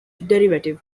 derivative